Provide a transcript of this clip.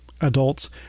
adults